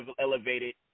elevated